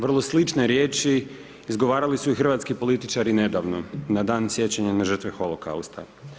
Vrlo slične riječi izgovarali su i hrvatski političari nedavno, na dan sjećanje na žrtve holokausta.